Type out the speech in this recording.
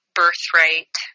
birthright